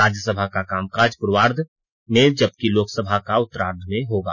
राज्यसभा का कामकाज पूर्वार्द्व में जबकि लोकसभा का उत्तरार्ध में होगा